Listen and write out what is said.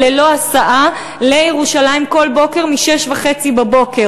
ללא הסעה לירושלים, כל בוקר, ב-06:30.